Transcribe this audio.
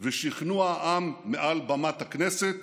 ושכנוע העם מעל במת הכנסת